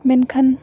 ᱢᱮᱱᱠᱷᱟᱱ